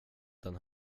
den